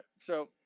so,